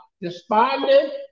despondent